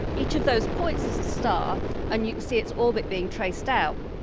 each of those points is a star and you can see its orbit being traced out.